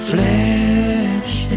Flesh